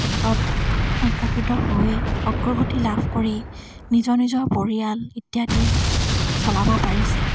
ক্ষেত্ৰত আকৰ্ষিত হৈ অগ্ৰগতি লাভ কৰি নিজৰ নিজৰ পৰিয়াল ইত্যাদি চলাব পাৰিছে